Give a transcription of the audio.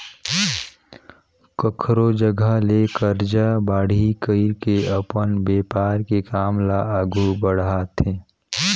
कखरो जघा ले करजा बाड़ही कइर के अपन बेपार के काम ल आघु बड़हाथे